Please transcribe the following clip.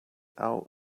out